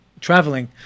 traveling